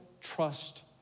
trust